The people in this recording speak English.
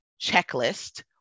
checklist